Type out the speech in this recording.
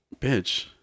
bitch